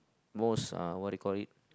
most uh what do you call it